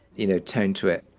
you know, tone to it.